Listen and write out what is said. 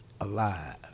alive